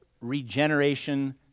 regeneration